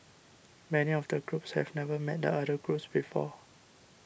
many of the groups have never met the other groups before